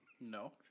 No